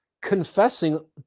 confessing